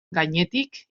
gainetik